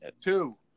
two